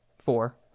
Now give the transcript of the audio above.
four